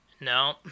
No